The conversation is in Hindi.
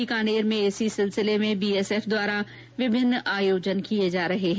बीकानेर में इस सिलसिले में बीएसएफ द्वारा विभिन्न आयोजन किये जा रहे है